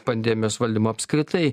pandemijos valdymo apskritai